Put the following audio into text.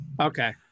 Okay